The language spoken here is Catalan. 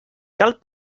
cal